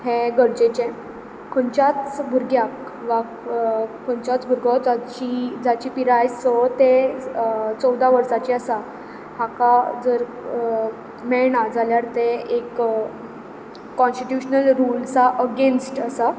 हें गरजेचें खंयच्याच भुरग्याक वा खंयचोच भुरगो जाची जाची पिराय स ते चवदा वर्साची आसा हाका जर मेळना जाल्यार ते एक कॉन्स्टीटेंशनल रुल्सा अगेंस्ट आसा